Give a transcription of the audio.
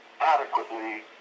adequately